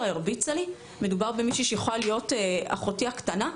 מדובר במישהי שיכולה להיות אחותי הקטנה.